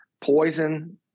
Poison